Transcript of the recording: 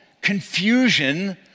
confusion